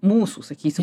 mūsų sakysiu